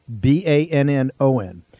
B-A-N-N-O-N